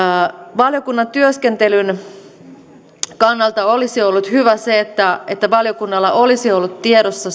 valiokunnan työskentelyn kannalta olisi ollut hyvä että että valiokunnalla olisi ollut tiedossa